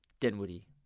Dinwiddie